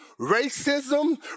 racism